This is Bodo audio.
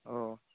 औ